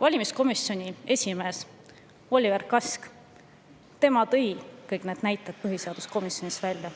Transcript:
Valimiskomisjoni esimees Oliver Kask tõi kõik need näited põhiseaduskomisjonis välja